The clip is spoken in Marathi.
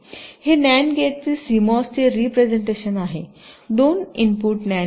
हे NAND गेटचे सिमॉस चे रिप्रेझेन्टटेशन आहे दोन इनपुट NAND गेट